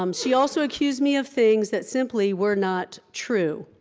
um she also accused me of things that simply were not true.